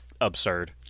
absurd